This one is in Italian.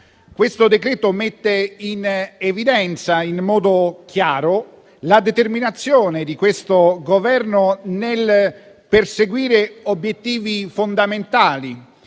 questo decreto mette in evidenza in modo chiaro la determinazione di questo Governo a perseguire obiettivi fondamentali,